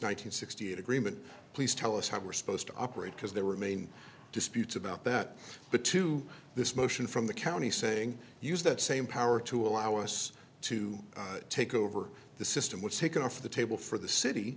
and sixty eight agreement please tell us how we're supposed to operate because there were main disputes about that but to this motion from the county saying use that same power to allow us to take over the system what's taken off the table for the city